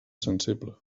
sensible